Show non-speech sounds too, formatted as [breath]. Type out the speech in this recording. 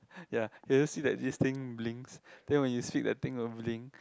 [breath] ya can you see that this thing blinks then when you speak that thing will blink